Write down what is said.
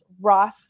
Ross